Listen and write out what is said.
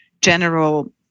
general